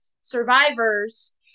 survivors